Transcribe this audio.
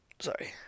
Sorry